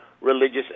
religious